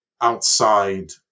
outside